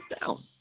down